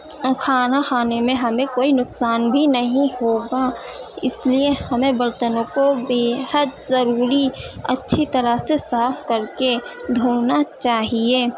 اور کھانا کھانے میں ہمیں کوئی نقصان بھی نہیں ہوگا اس لیے ہمیں برتنوں کو بیحد ضروری اچھی طرح سے صاف کر کے دھونا چاہیے